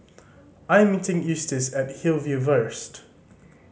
I am meeting Eustace at Hillview first